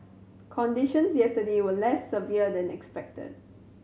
conditions yesterday were less severe than expected